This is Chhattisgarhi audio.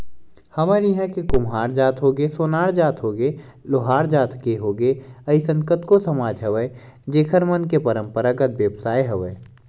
हमर इहाँ के कुम्हार जात होगे, सोनार जात होगे, लोहार जात के होगे अइसन कतको समाज हवय जेखर मन के पंरापरागत बेवसाय हवय